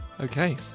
Okay